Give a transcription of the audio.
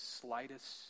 slightest